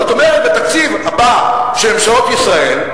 זאת אומרת, בתקציב הבא של ממשלות ישראל,